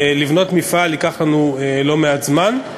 לבנות מפעל ייקח לנו לא מעט זמן,